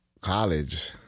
college